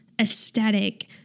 aesthetic